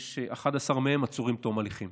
11 מהם עצורים עד תום ההליכים